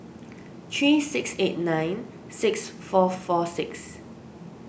three six eight nine six four four six